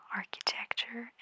architecture